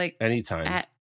Anytime